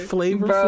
Flavor